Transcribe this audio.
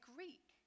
Greek